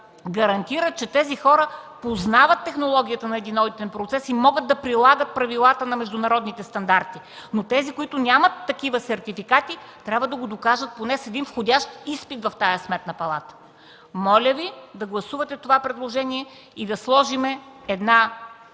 гарантират, че тези хора познават технологията на един одитен процес и могат да прилагат правилата на международните стандарти. Но тези, които нямат такива сертификати, трябва да го докажат поне с един входящ изпит в тази Сметна палата. Моля Ви да гласувате това предложение и да сложим една